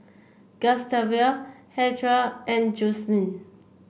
Gustave Hertha and Joseline